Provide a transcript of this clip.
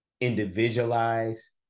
individualize